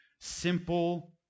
simple